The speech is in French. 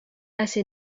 assez